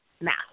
math